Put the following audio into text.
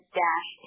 dash